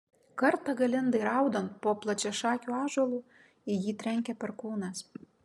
kartą galindai raudant po plačiašakiu ąžuolu į jį trenkė perkūnas